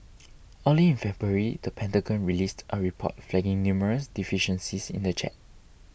early in February the Pentagon released a report flagging numerous deficiencies in the jet